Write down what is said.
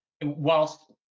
whilst